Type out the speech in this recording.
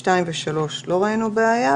עם סעיפים 2 ו-3 לא ראינו בעיה.